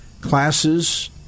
classes